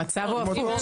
המצב הוא הפוך,